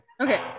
okay